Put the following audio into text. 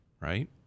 right